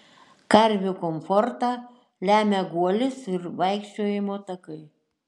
karvių komfortą lemia guolis ir vaikščiojimo takai